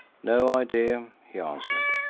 no idea, he answered.